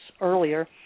earlier